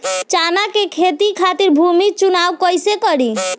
चना के खेती खातिर भूमी चुनाव कईसे करी?